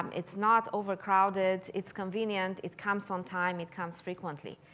it's not overcrowded. it's convenient. it comes on time. it comes frequently.